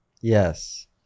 Yes